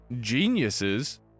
geniuses